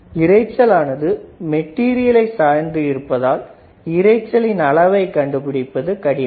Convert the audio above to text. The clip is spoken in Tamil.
இரைச்சல் ஆனது மெட்டீரியலை சார்ந்து இருப்பதால் இரைச்சலின் அளவை கண்டுபிடிப்பது கடினம்